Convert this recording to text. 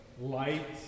light